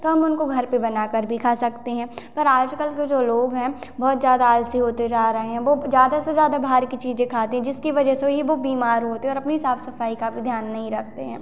तो हम उनको घर पे बना कर भी खा सकते हैं पर आजकल के जो लोग हैं बहुत ज़्यादा आलसी होते जा रहे हैं वो ज़्यादा से ज़्यादा बाहर की चीज़ें खाते जिसकी वजह से ही वो बीमार होते हैं और अपनी साफ सफाई का भी ध्यान नहीं रखते हैं